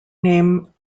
name